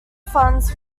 funds